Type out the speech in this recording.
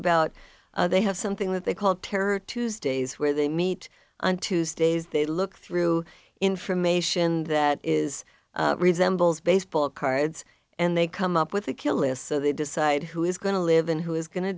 about they have something that they call terror tuesdays where they meet on tuesdays they look through information that is resembles baseball cards and they come up with a kill list so they decide who is going to live and who is going to